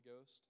Ghost